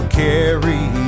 carry